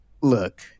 Look